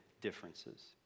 differences